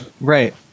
Right